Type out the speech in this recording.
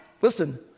Listen